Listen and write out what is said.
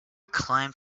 climbed